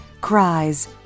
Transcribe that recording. cries